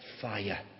fire